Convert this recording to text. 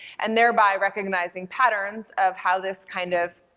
and thereby recognizing patterns of how this kind of,